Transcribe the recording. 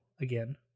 again